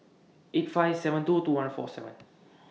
eight five seven two two one four seven